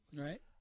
Right